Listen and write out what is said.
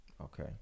Okay